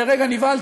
זה שווה,